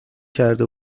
کرده